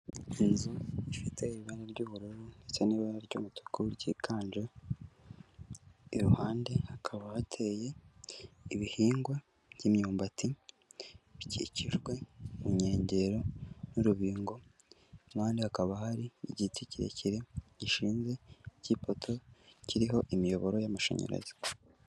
Inzu ifite ibara ry'ubururu ndetse n'ibara ry'umutuku ryiganje, iruhande hakaba hateye ibihingwa by'imyumbati bikikijwe mu nkengero n'urubingo, impande hakaba hari igiti kirekire gishinze cy'ipoto, kiriho imiyoboro y'amashanyarazi.